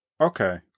okay